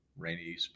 rainy